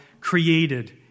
created